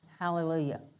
Hallelujah